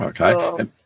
Okay